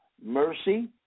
Mercy